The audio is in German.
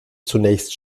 zunächst